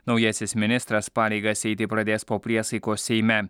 naujasis ministras pareigas eiti pradės po priesaikos seime